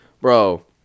Bro